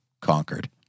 conquered